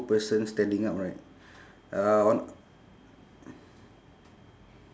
person standing up right uh on